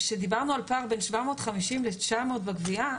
כשדיברנו על פער בין 750 ל-900 בגבייה,